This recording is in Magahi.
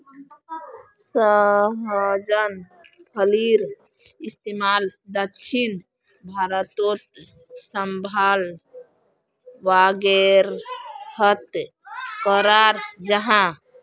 सहजन फलिर इस्तेमाल दक्षिण भारतोत साम्भर वागैरहत कराल जहा